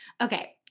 okay